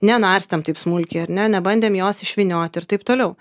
nenarstėm taip smulkiai ar ne nebandėm jos išvynioti ir taip toliau